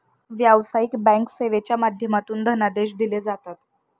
व्यावसायिक बँक सेवेच्या माध्यमातूनही धनादेश दिले जातात